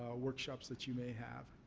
workshops that you may have.